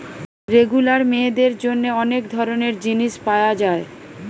regular মেয়েদের জন্যে অনেক ধরণের জিনিস পায়া যায়